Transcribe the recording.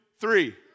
three